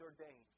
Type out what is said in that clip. ordained